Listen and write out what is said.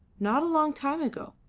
not a long time ago,